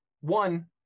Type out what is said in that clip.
one